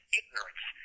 ignorance